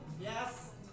Yes